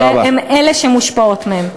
הן אלה שמושפעות מהם.